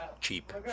cheap